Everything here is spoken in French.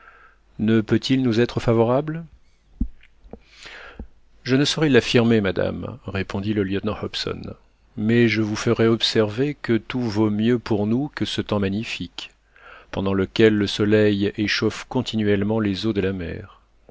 ne peut-il nous être favorable je ne saurais l'affirmer madame répondit le lieutenant hobson mais je vous ferai observer que tout vaut mieux pour nous que ce temps magnifique pendant lequel le soleil échauffe continuellement les eaux de la mer